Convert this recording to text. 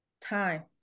time